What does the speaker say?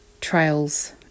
trails